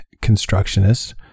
constructionist